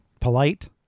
Polite